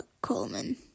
Coleman